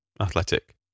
Athletic